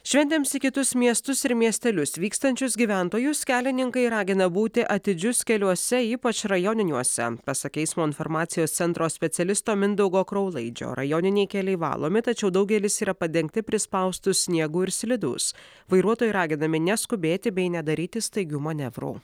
šventėms į kitus miestus ir miestelius vykstančius gyventojus kelininkai ragina būti atidžius keliuose ypač rajoniniuose pasak eismo informacijos centro specialisto mindaugo kraulaidžio rajoniniai keliai valomi tačiau daugelis yra padengti prispaustu sniegu ir slidūs vairuotojai raginami neskubėti bei nedaryti staigių manevrų